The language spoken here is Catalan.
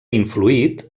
influït